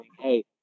hey